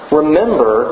remember